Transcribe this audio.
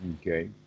Okay